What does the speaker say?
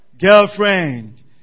girlfriend